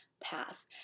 path